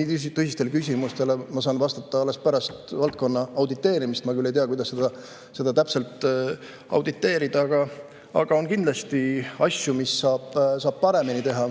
nii tõsistele küsimustele ma saan vastata alles pärast valdkonna auditeerimist. Ma küll ei tea, kuidas seda täpselt auditeerida, aga on kindlasti asju, mida saab paremini teha.